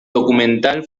documental